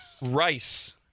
rice